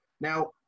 Now